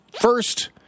First